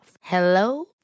Hello